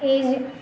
ഏഴ്